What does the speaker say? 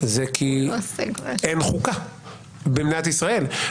הן כי אין חוקה במדינת ישראל.